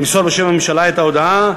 למסור בשם הממשלה את ההודעה,